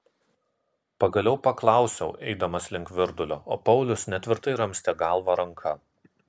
pagaliau paklausiau eidamas link virdulio o paulius netvirtai ramstė galvą ranka